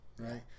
Right